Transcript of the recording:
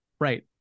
Right